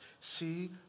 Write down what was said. See